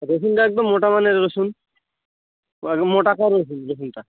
রসুনটা একদম মোটা মানের রসুন একদম মোটা কোয়া রসুন রসুনটা